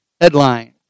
headline